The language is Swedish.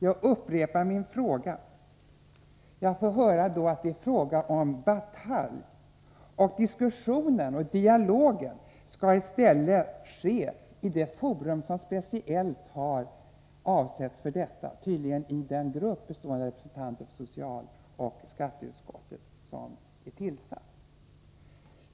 Jag upprepar min fråga. Jag får då höra att det är fråga om batalj och att diskussionen och dialogen i stället skall ske i det forum som speciellt har avsetts för detta, tydligen i den grupp bestående av representanter för socialoch skatteutskotten som informellt bildats.